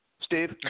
Steve